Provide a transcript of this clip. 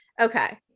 okay